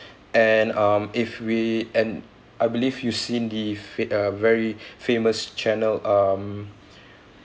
and um if we and I believe you've seen the fa~ um very famous channel um